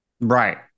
Right